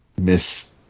miss